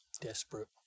Desperate